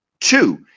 Two